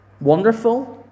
wonderful